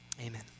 Amen